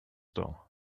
door